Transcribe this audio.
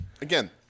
again